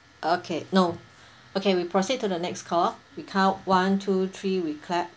okay no okay we proceed to the next call we count one two three we clap